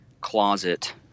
closet